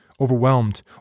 overwhelmed